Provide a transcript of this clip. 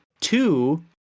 two